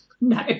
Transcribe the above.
No